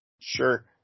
sure